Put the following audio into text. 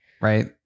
right